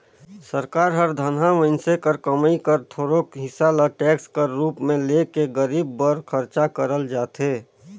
सरकार हर धनहा मइनसे कर कमई कर थोरोक हिसा ल टेक्स कर रूप में ले के गरीब बर खरचा करल जाथे